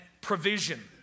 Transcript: provision